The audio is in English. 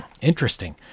Interesting